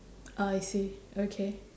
I see okay